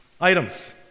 items